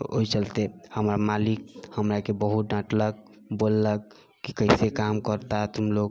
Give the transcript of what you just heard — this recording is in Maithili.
ओहि चलते हमर मालिक हमराके बहुत डाँटलक बोललक कि कैसे काम करता है तुमलोग